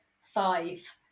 five